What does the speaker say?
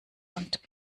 und